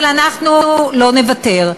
אבל אנחנו לא נוותר.